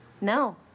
No